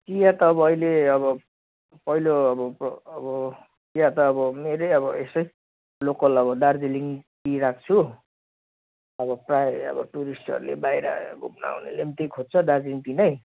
चिया त अब अहिले अब पहिलो अब चिया त अब मेरै अब यस्तै लोकल अब दार्जिलिङ टी राख्छु अब प्रायः अब टुरिस्टहरूले बाहिर घुम्नु आउनेले पनि त्यही खेज्छ दार्जिलिङ टी नै